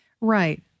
Right